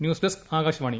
news desk Akashvani